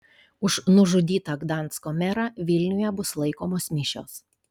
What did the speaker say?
už nužudytą gdansko merą vilniuje bus laikomos mišios